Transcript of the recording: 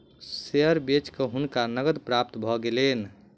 share बेच के हुनका नकद प्राप्त भ गेलैन